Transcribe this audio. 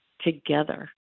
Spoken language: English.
together